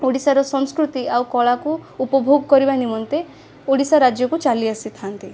ଓଡ଼ିଶାର ସଂସ୍କୃତି ଆଉ କଳାକୁ ଉପଭୋଗ କରିବା ନିମନ୍ତେ ଓଡ଼ିଶା ରାଜ୍ୟକୁ ଚାଲି ଆସିଥାନ୍ତି